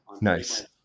Nice